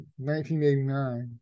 1989